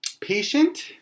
patient